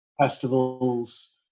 Festivals